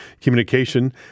communication